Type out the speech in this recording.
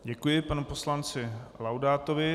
Děkuji panu poslanci Laudátovi.